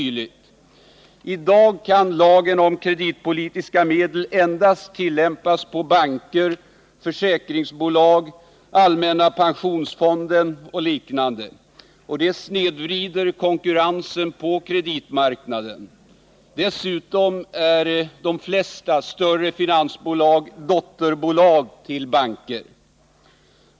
I dag kan lagen om kreditpolitiska medel endast tillämpas på banker, försäkringsbolag, allmänna pensionsfonden och liknande, vilket snedvrider konkurrensen på kreditmarknaden. Dessutom är de flesta större finansbolag dotterbolag till banker.